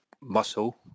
muscle